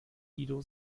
guido